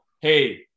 hey